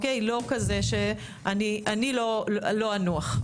אני לא אנוח.